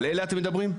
על אלה אתם מדברים?